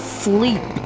sleep